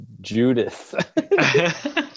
Judith